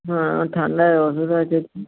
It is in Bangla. হ্যাঁ ঠান্ডায় অসুবিধা আছে